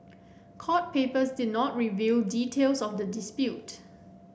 court papers did not reveal details of the dispute